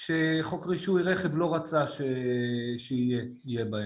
שחוק רישוי רכב לא רצה שיהיה בהן.